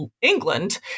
England